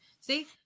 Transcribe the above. See